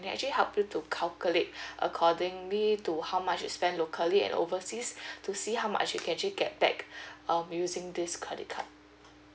actually help you to calculate accordingly to how much you spent locally and overseas to see how much you can actually get back um using this credit card